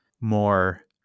more